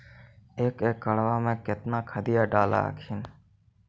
एक एकड़बा मे कितना खदिया डाल हखिन?